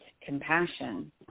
compassion